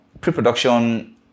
pre-production